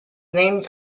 named